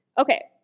Okay